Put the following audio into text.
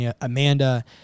Amanda